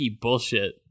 bullshit